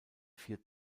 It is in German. vier